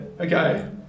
okay